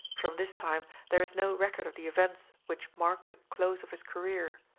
from this time there is no record of the events which marked the close of his career,